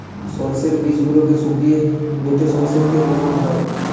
সর্ষের বীজগুলোকে শুকিয়ে বেটে সর্ষের তেল বানানো হয়